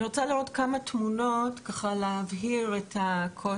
אני רוצה להראות כמה תמונות כדי להבהיר את הקושי,